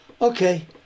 okay